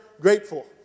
grateful